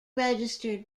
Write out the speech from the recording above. registered